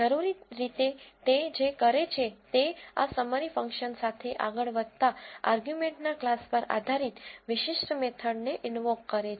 જરૂરી રીતે તે જે કરે છે તે આ સમ્મરી ફંક્શન સાથે આગળ વધતા આર્ગ્યુમેન્ટના ક્લાસ પર આધારિત વિશિષ્ટ મેથડને ઈનવોક કરે છે